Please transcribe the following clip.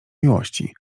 miłości